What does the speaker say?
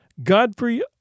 Godfrey